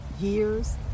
years